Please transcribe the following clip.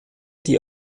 die